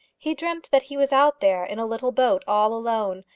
he dreamt that he was out there in a little boat all alone,